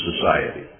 society